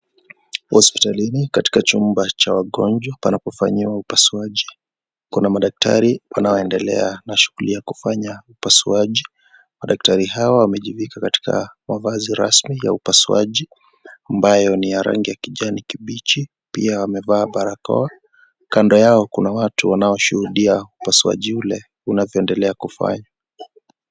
Hospitalini katika chumba cha wagonjwa panapofanyiwa upasuaji, kuna madaktari wanaoendelea na shughuli ya kufanya upasuaji . Madaktari hawa wamejikinga katika mavazi rasmi ya upasuaji ambayo NI ya rangi ya kijani kibichi pia wamevaa barakoa , Kando Yao kuna watu wanaoshuhudia upasuaji ule unavyoendelea kufanywa.